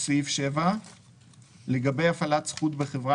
"החזקה ללא אישור 7. לגבי הפעלת זכות בחברה